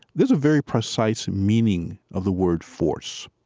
there's a very precise meaning of the word force.